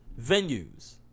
venues